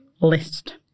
list